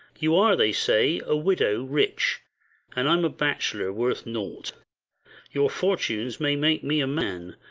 you are, they say, a widow, rich and i'm a batchelor, worth nought your fortunes may make me a man,